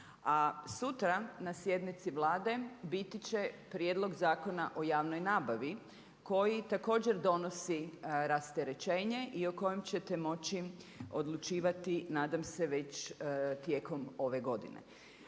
sutra na sjednici Vlade biti će Prijedlog zakona o javnoj nabavi koji također donosi rasterećenje i o kojem ćete moći odlučivati nadam se već tijekom ove godine.